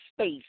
space